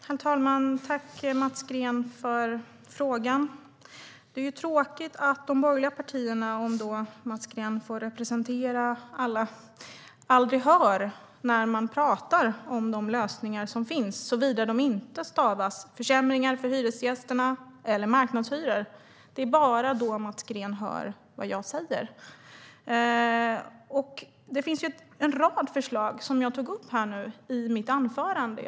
Herr talman! Tack, Mats Green, för frågan! Det är tråkigt att de borgerliga partierna, om nu Mats Green får representera alla, aldrig hör när man talar om de lösningar som finns, såvida de inte stavas försämringar för hyresgästerna eller marknadshyror. Det är ju bara då Mats Green hör vad jag säger. Det finns en rad förslag som jag tog upp i mitt anförande.